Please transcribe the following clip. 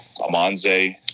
Amanze